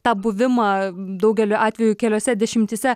tą buvimą daugeliu atveju keliose dešimtyse